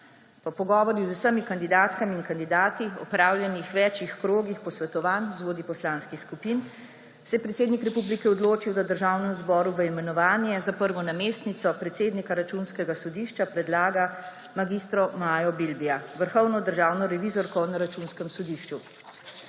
Po pogovoru z vsemi kandidatkami in kandidati, opravljenih več krogih posvetovanj z vodji poslanskih skupin se je predsednik republike odločil, da Državnemu zboru v imenovanje za prvo namestnico predsednika Računskega sodišča predlaga mag. Majo Bilbija, vrhovno državno revizorko na Računskem sodišču.